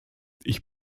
ich